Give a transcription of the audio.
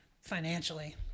financially